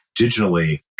digitally